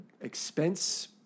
expense